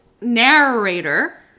narrator